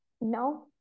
no